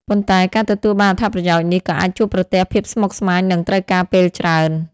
ប៉ុន្តែការទទួលបានអត្ថប្រយោជន៍នេះក៏អាចជួបប្រទះភាពស្មុគស្មាញ និងត្រូវការពេលច្រើន។